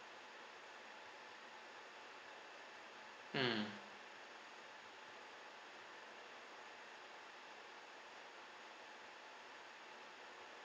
mm